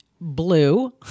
blue